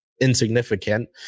insignificant